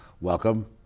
welcome